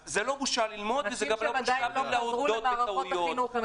אז זו לא בושה ללמוד -- נזכיר שהם עדיין לא חזרו למערכות החינוך.